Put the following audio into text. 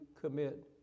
commit